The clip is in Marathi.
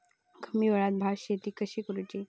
कमी वेळात भात शेती कशी करुची?